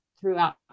throughout